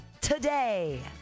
today